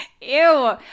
Ew